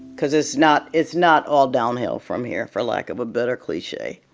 because it's not it's not all downhill from here, for lack of a better cliche